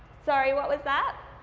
sorry, what was that?